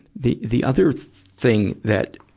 the, the other thing that,